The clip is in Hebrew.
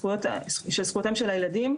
זכויותיהם של הילדים.